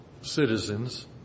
citizens